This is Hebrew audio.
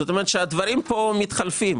זאת אומרת, הדברים כאן מתחלפים.